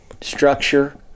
structure